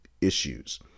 issues